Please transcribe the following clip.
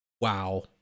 Wow